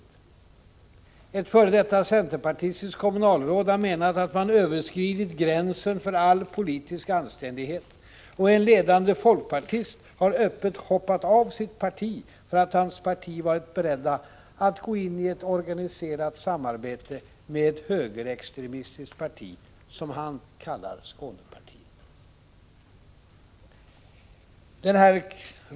Ett f.d. centerpartistiskt kommunalråd har menat att man överskridit gränsen för all politisk anständighet, och en ledande folkpartist har öppet hoppat av från sitt parti därför att det var berett att gå in i ett organiserat samarbete med ett — han kallar Skånepartiet så — högerextremistiskt parti.